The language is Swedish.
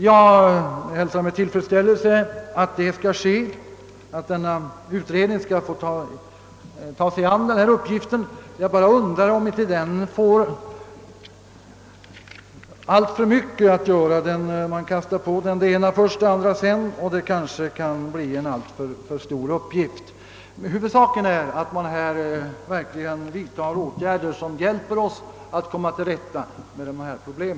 Jag hälsar med tillfredsställelse att dessa utredningar skall få ta sig an denna uppgift. Jag undrar bara om de inte får alltför mycket att göra, därest man kastar på dem först det ena och sedan det andra. Men huvudsaken är att man vidtar åtgärder som hjälper oss att komma till rätta med dessa problem.